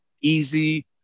easy